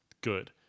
good